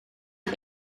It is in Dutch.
een